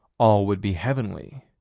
all would be heavenly